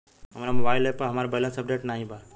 हमरे mobile app पर हमार बैलैंस अपडेट नाई बा